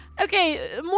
Okay